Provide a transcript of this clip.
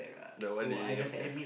the one they never care